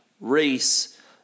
race